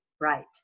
right